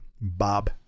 Bob